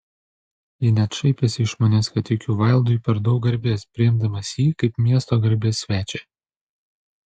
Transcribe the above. ji net šaipėsi iš manęs kad teikiu vaildui per daug garbės priimdamas jį kaip miesto garbės svečią